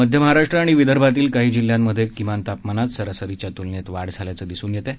मध्य महाराष्ट्र आणि विदर्भातील काही जिल्ह्यांमध्ये किमान तापमानात सरासरीच्या तुलनेत वाढ झाल्याचं दिसून येत आहे